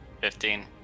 Fifteen